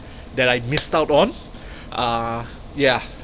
that I missed out on uh yeah